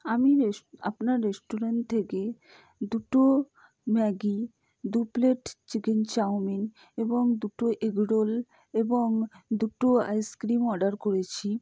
আমি আপনার রেস্টুরেন্ট থেকে দুটো ম্যাগি দু প্লেট চিকেন চাউমিন এবং দুটো এগ রোল এবং দুটো আইসক্রিম অর্ডার করেছি